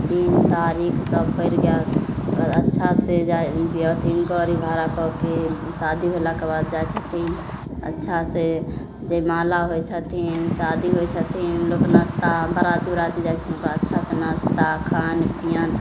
दिन तारीख सब पड़ि गेल ओकरा बाद अच्छा से अथी गड़ी भाड़ा कऽके शादी भेलाके बाद जाइ छथिन अच्छासे जयमाला होइ छथिन शादी होइ छथिन लोक नाश्ता बाराती उराती जाइ छथिन ओकरा अच्छा से नाश्ता खान पिअन